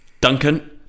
Duncan